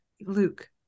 Luke